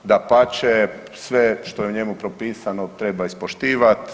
Dapače, sve što je u njemu propisano treba ispoštivati.